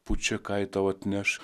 pučia ką ji tau atneš